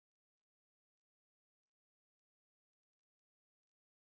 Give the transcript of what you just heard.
saying that buy the perfect gift for Mother's-Day